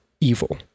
evil